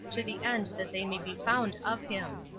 to the end that they may be found of him.